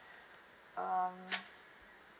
um